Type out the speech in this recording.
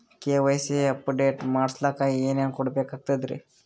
KYC update ಮಾಡಸ್ಲಕ ಏನೇನ ಕೊಡಬೇಕಾಗ್ತದ್ರಿ?